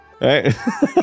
right